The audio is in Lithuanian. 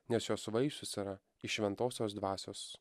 nes jos vaisius yra iš šventosios dvasios